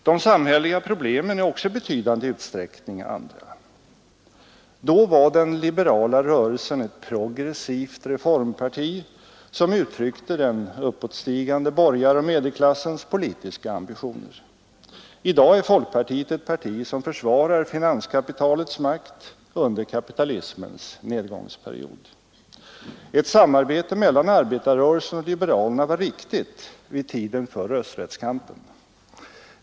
De samhälleliga problemen är också i betydande utsträckning andra. Då var den liberala rörelsen ett progressivt reformparti som uttryckte den uppåtstigande borgaroch medelklassens politiska ambitioner. I dag är folkpartiet ett parti som försvarar finanskapitalets makt under kapitalismens nedgångsperiod. Ett samarbete mellan arbetarrörelsen och liberalerna var riktigt vid tiden för rösträttskampen.